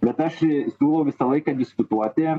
bet aš siūlau visą laiką diskutuoti